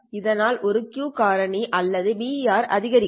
இதனால் இது Q காரணி குறைக்கும் அல்லது BER ஐ அதிகரிக்கும்